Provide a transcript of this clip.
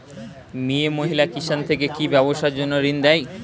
মিয়ে মহিলা কিষান থেকে কি ব্যবসার জন্য ঋন দেয়?